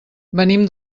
venim